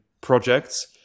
projects